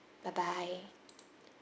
bye bye